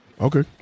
okay